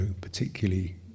particularly